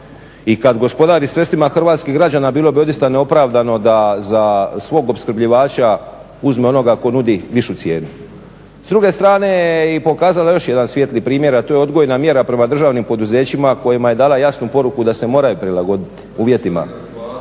I kada gospodari sredstvima hrvatskih građana bilo bi odista neopravdano da za svog opskrbljivača uzme onoga koji nudi višu cijenu. S druge strane je i pokazala još jedan svijetli primjer a to je odgojna mjera prema državnim poduzećima kojima je dala jasnu poruku da se moraju prilagoditi uvjetima